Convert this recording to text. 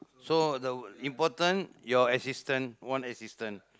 so the important your assistant one assistant